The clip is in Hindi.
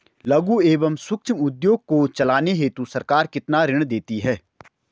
लघु एवं सूक्ष्म उद्योग को चलाने हेतु सरकार कितना ऋण देती है?